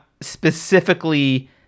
specifically